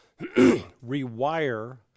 rewire